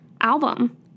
album